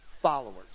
followers